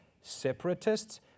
separatists